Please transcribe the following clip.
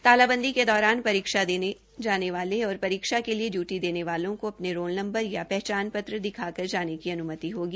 तालाबंदी के दौरान परीक्षा देने जाने वाले और परीक्षा के लिए डयूटी देने वालों को अपने रोल नंबर या पहचान पत्र दिखाकर जाने की अन्मति होगी